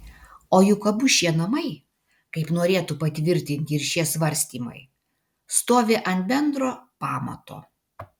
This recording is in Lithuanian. o juk abu šie namai kaip norėtų patvirtinti ir šie svarstymai stovi ant bendro pamato